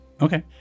Okay